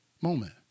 moment